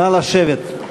נא לשבת.